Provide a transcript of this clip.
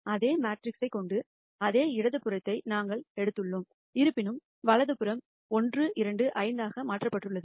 அதே மேட்ரிக்ஸைக் கொண்ட அதே இடது புறத்தை நாங்கள் எடுத்துள்ளோம் இருப்பினும் வலது புறம் 1 2 5 ஆக மாற்றப்பட்டுள்ளது